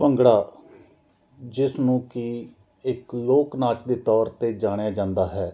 ਭੰਗੜਾ ਜਿਸ ਨੂੰ ਕਿ ਇਕ ਲੋਕ ਨਾਚ ਦੇ ਤੌਰ 'ਤੇ ਜਾਣਿਆ ਜਾਂਦਾ ਹੈ